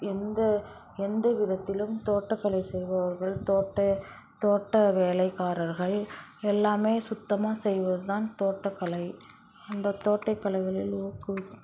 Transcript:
எந்த எந்த விதத்திலும் தோட்டக்கலை செய்பவர்கள் தோட்ட தோட்ட வேலைக்காரர்கள் எல்லாமே சுத்தமாக செய்வது தான் தோட்டக்கலை அந்த தோட்டக்கலைகளில் ஊக்குவிக்கும்